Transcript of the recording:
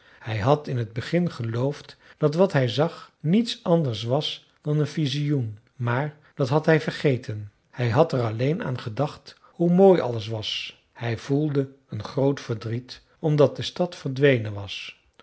hij had in t begin geloofd dat wat hij zag niets anders was dan een visioen maar dat had hij vergeten hij had er alleen aan gedacht hoe mooi alles was hij voelde een groot verdriet omdat de stad verdwenen was